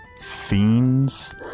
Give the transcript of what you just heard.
fiends